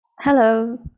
Hello